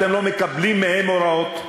אתם לא מקבלים מהם הוראות,